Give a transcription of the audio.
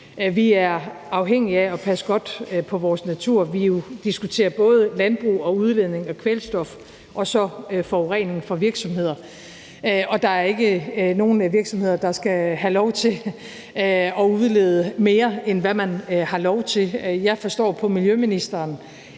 Vi er afhængige af at passe godt på vores natur. Vi diskuterer både landbrug og udledning af kvælstof og så forurening fra virksomheder, og der er ikke nogen virksomheder, der skal have lov til at udlede mere, end hvad man har lov til. Jeg forstår på miljøministeren,